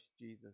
Jesus